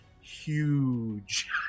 huge